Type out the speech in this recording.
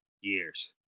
years